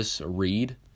Read